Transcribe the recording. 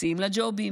מציעים לה ג'ובים.